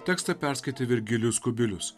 tekstą perskaitė virgilijus kubilius